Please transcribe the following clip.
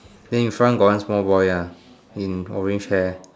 then in front got one small boy ah in orange hair